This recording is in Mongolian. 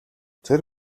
тэр